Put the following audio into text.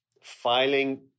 filing